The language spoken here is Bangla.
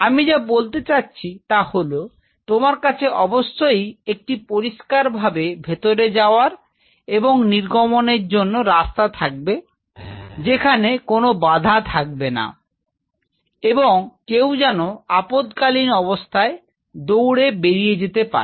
আমি যা বলতে চাচ্ছি তা হল তোমার কাছে অবশ্যই একটি পরিষ্কারভাবে ভেতরে যাওয়ার এবং নির্গমনের জন্য রাস্তা থাকবে যেখানে কোনো বাধা থাকবে না এবং কেউ যেন আপদকালীন অবস্থায় দৌড়ে বেরিয়ে যেতে পারে